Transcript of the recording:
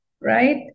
right